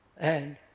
and